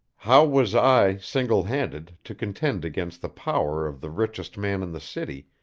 how was i, single-handed, to contend against the power of the richest man in the city,